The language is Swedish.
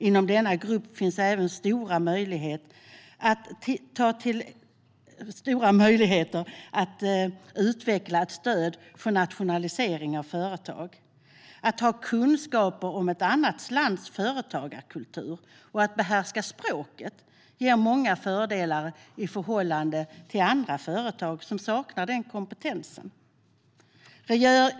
Inom denna grupp finns även stora möjligheter att utveckla ett stöd för en internationalisering av företag. Att ha kunskaper om ett annat lands företagskultur och att behärska språket ger många fördelar i förhållande till andra företag som saknar den kompetensen.